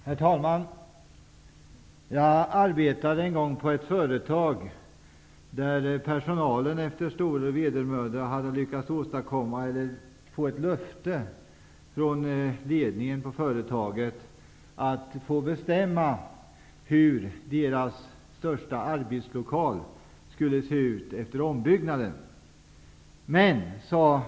Herr talman! Jag arbetade en gång på ett företag där personalen med stor vedermöda hade lyckats utverka ett löfte från ledningen på företaget att få bestämma hur dess största arbetslokal skulle se ut efter genomförd ombyggnad.